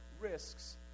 risks